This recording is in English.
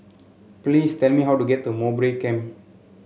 please tell me how to get to Mowbray Camp